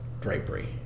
drapery